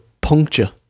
puncture